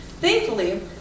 Thankfully